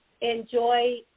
enjoy